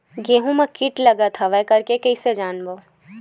गेहूं म कीट लगत हवय करके कइसे जानबो?